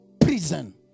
prison